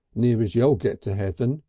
near as you'll get to heaven.